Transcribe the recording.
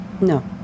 No